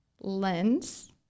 lens